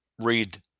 read